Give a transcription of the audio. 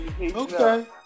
okay